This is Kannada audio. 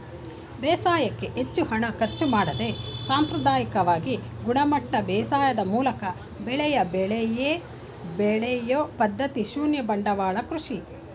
ಬೇಸಾಯಕ್ಕೆ ಹೆಚ್ಚು ಹಣ ಖರ್ಚು ಮಾಡದೆ ಸಾಂಪ್ರದಾಯಿಕವಾಗಿ ಗುಣಮಟ್ಟ ಬೇಸಾಯದ್ ಮೂಲಕ ಬೆಳೆ ಬೆಳೆಯೊ ಪದ್ಧತಿ ಶೂನ್ಯ ಬಂಡವಾಳ ಕೃಷಿ